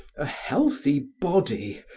a healthy body,